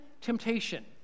temptation